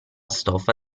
stoffa